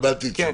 קיבלתי תשובה.